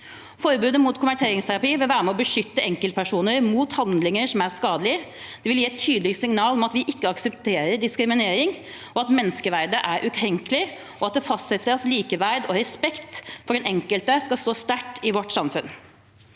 Forbudet mot konverteringsterapi vil være med og beskytte enkeltpersoner mot handlinger som er skadelig. Det vil gi et tydelig signal om at vi ikke aksepterer diskriminering, at menneskeverdet er ukrenkelig, og at det fastsetter at likeverd og respekt for den enkelte skal stå sterkt i vårt samfunn.